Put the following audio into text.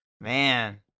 Man